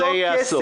זה יהיה הסוף.